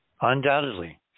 Undoubtedly